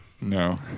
No